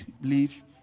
believe